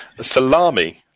Salami